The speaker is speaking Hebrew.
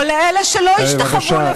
או לאלה שלא ישתחוו לפניה?